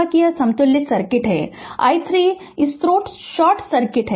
कि यह समतुल्य सर्किट है i3 स्रोत शॉर्ट सर्किट है